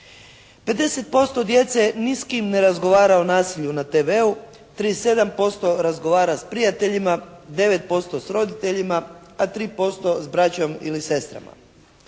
50% djece ni s kim ne razgovara o nasilju na TV-u, 37% razgovara s prijateljima, 9% s roditeljima a 3% s braćom ili sestrama.